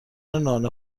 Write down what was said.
نان